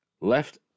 left